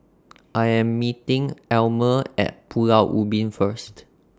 I Am meeting Almer At Pulau Ubin First